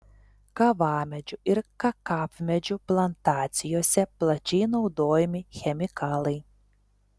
kavamedžių ir kakavmedžių plantacijose plačiai naudojami chemikalai